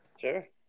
Sure